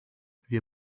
wir